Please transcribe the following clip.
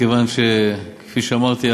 מכיוון שכפי שאמרתי,